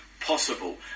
possible